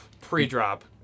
pre-drop